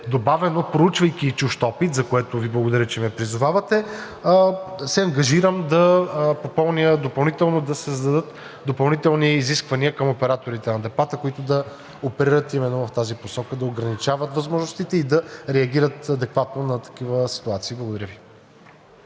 добавено, проучвайки чужд опит, за което Ви благодаря, че ме призовавате, се ангажирам да попълня, да се създадат допълнителни изисквания към операторите на депата, които да оперират именно в тази посока – да ограничават възможностите и да реагират адекватно на такива ситуации. Благодаря.